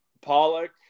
Pollock